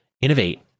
innovate